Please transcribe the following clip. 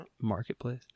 marketplace